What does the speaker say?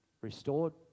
restored